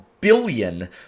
billion